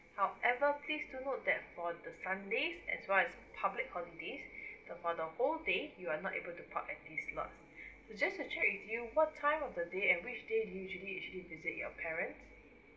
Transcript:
however please do note that for the sunday as well as public holidays for the whole day you are not able to park at this lot just to check with you what time of the day and which day do you usually visit your parents